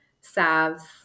salves